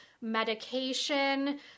medication